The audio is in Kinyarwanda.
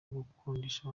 gukundisha